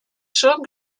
schirm